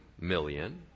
million